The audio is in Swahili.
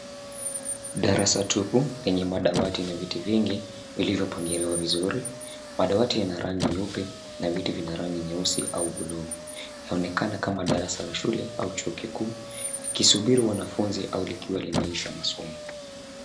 Darasa tupu lenye madawati na viti vingi vilivyopangiliwa vizuri. Madawati yana rangi nyeupe na viti vina rangi nyeusi au buluu. Yaonekana kama darasa la shule au chuo kikuu, kikisubiri wanafunzi au likiwa limeisha masomo.